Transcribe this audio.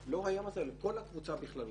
לא היה מאסר, אלא כל הקבוצה בכללותה.